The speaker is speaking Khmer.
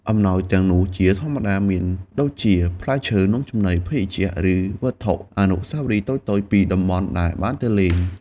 អំណោយទាំងនោះជាធម្មតាមានដូចជា ផ្លែឈើ នំចំណី ភេសជ្ជៈ ឬវត្ថុអនុស្សាវរីយ៍តូចៗពីតំបន់ដែលបានទៅលេង។